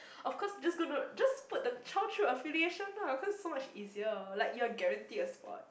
of course you just gonna just put the child through affiliation lah cause it's so much easier like you are guaranteed a spot